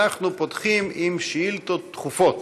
אנחנו פותחים בשאילתות דחופות.